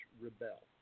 rebel